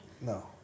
No